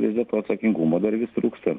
vis dėl to atsakingumo dar vis trūksta